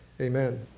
amen